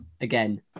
again